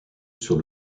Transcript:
sur